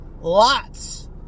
lots